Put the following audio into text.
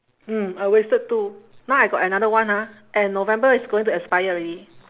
mm I wasted two now I got another one ah and november it's going to expire already